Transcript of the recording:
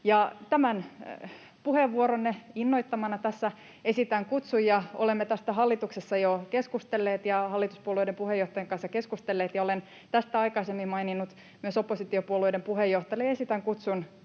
Tämän puheenvuoronne innoittamana tässä esitän kutsuja. Olemme tästä hallituksessa jo keskustelleet ja hallituspuolueiden puheenjohtajien kanssa keskustelleet, ja olen tästä aikaisemmin maininnut myös oppositiopuolueiden puheenjohtajille. Esitän kutsun